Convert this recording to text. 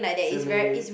smiling